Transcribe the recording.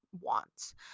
wants